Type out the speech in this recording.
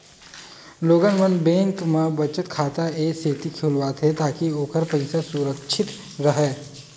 लोगन मन बेंक म बचत खाता ए सेती खोलवाथे ताकि ओखर पइसा सुरक्छित राहय